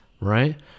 right